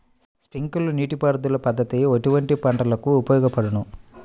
Sprinkler నీటిపారుదల పద్దతి ఎటువంటి పంటలకు ఉపయోగపడును?